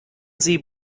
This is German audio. sie